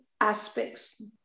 aspects